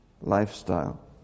lifestyle